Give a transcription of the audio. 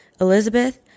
elizabeth